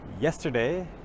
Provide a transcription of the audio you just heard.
yesterday